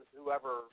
whoever